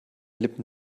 lippen